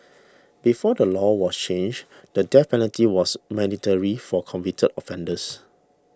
before the law was changed the death penalty was mandatory for convicted offenders